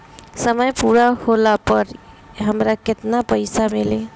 समय पूरा होला पर हमरा केतना पइसा मिली?